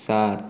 सात